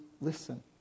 listen